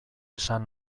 esan